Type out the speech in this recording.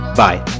bye